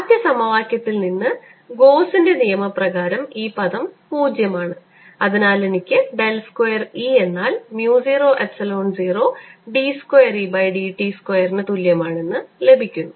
ആദ്യ സമവാക്യത്തിൽ നിന്ന് ഗോസിന്റെ നിയമപ്രകാരം ഈ പദം 0 ആണ് അതിനാൽ എനിക്ക് ഡെൽ സ്ക്വയർ E എന്നാൽ mu 0 epsilon 0 d square E by d t സ്ക്വയറിന് തുല്യമാണ് എന്ന് ലഭിക്കുന്നു